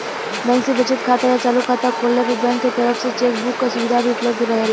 bank में बचत खाता या चालू खाता खोलले पर बैंक के तरफ से चेक बुक क सुविधा भी उपलब्ध रहेला